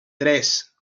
tres